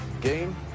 Game